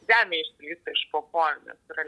žemė išslysta iš po kojų nes yra